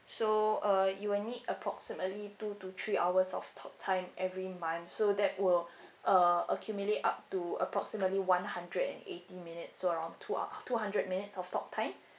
so uh you will need approximately two to three hours of talk time every month so that will uh accumulate up to approximately one hundred and eighty minutes so around two ah two hundred minutes of talk time